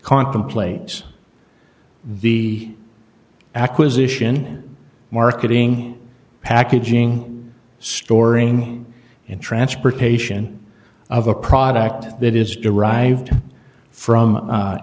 contemplates the acquisition marketing packaging storing and transportation of a product that is derived from